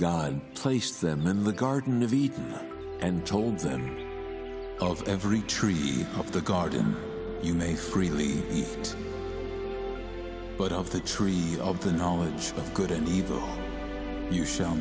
god placed them in the garden of eden and told them of every tree of the garden you may freely give but of the tree of the knowledge of good and evil you sh